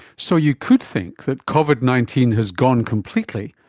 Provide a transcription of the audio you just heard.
so you could think that covid nineteen has gone completely,